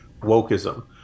wokeism